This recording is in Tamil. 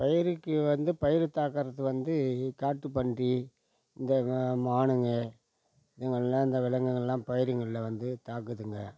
பயிருக்கு வந்து பயிர் தாக்குறது வந்து காட்டு பன்றி இந்த மானுங்க இதுங்கெல்லாம் இந்த விலங்குங்கெல்லாம் பயிருங்களை வந்து தாக்குதுங்க